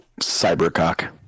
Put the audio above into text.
Cybercock